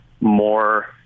more